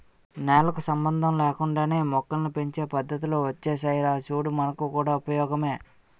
నేలకు సంబంధం లేకుండానే మొక్కల్ని పెంచే పద్దతులు ఒచ్చేసాయిరా చూడు మనకు కూడా ఉపయోగమే